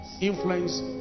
influence